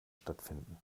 stattfinden